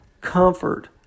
comfort